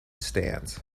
stands